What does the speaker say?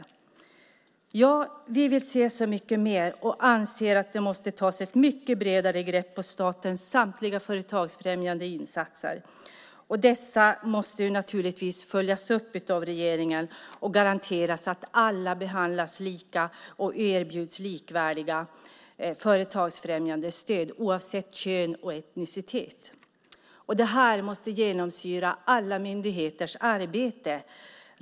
Vi vill se så mycket mer, och vi anser att det måste tas ett bredare grepp på statens samtliga företagsfrämjande insatser. Dessa insatser måste följas upp av regeringen, och alla måste garanteras att de behandlas lika och erbjuds likvärdiga företagsfrämjande stöd oavsett kön och etnicitet. Det här måste genomsyra alla myndigheters arbete.